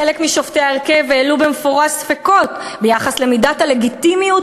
חלק משופטי ההרכב העלו במפורש ספקות ביחס למידת הלגיטימיות